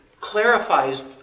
clarifies